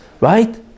right